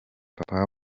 papa